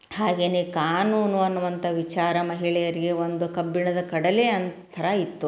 ಹಾಗೇನೇ ಕಾನೂನು ಅನ್ನುವಂಥ ವಿಚಾರ ಮಹಿಳೆಯರಿಗೆ ಒಂದು ಕಬ್ಬಿಣದ ಕಡಲೆ ಅನ್ ಥರ ಇತ್ತು